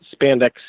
spandex